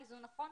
איזון נכון